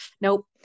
Nope